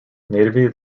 natively